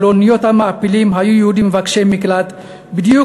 על אניות המעפילים היו יהודים מבקשי מקלט בדיוק